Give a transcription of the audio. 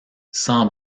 sans